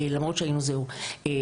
למרות שהיינו בוועד